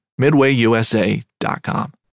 MidwayUSA.com